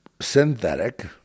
synthetic